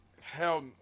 Hell